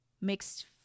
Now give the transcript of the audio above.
Mixed